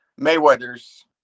Mayweather's